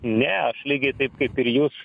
ne aš lygiai taip kaip ir jūs